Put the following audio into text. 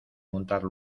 montar